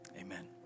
amen